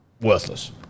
Worthless